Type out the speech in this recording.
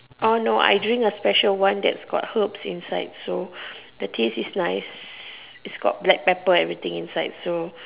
orh no I drink a special one that's got herbs inside so the taste is nice it's got black pepper everything inside so